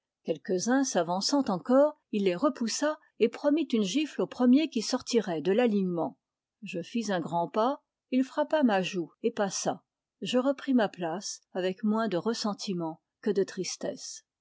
qqelques uns s'avançant encore il les repoussa et promit une gifle au premier qui sortirait de l'alignement je fis un grand pas il frappa ma joue et passa je repris ma place avec moins de ressentiment que de tristesse